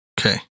Okay